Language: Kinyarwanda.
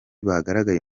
bagaragaye